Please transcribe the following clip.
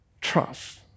trust